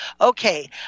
Okay